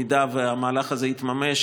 אם המהלך הזה יתממש,